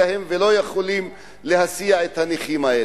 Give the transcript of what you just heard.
והם לא יכולים להסיע את הנכים האלה.